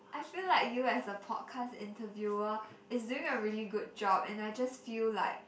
I feel like you as a podcast interviewer is doing a really good job and I just feel like